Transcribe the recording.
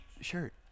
Shirt